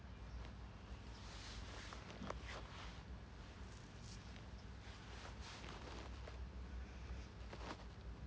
so